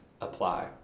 apply